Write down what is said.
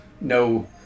no